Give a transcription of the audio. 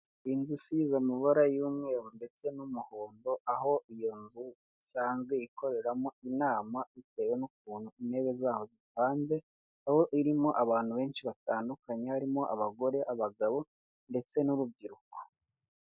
Inzu isize amabara y'umweru ndetse n'umuhondo, aho iyo nzu isanzwe ikoreramo inama bitewe n'uko intebe zaho zipanze, aho irimo abantu benshi batandukanye harimo: abagore, abagabo ndetse n'urubyiruko.